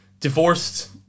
divorced